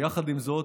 עם זאת,